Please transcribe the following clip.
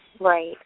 Right